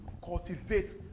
cultivate